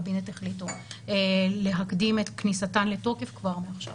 הקבינט החליטו להקדים את כניסתן לתוקף כבר מעכשיו